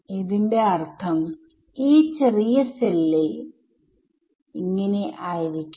ഇതിന്റെ അർഥം ഈ ചെറിയ സെല്ലിൽ ആയിരിക്കും